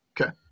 Okay